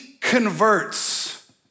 converts